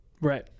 right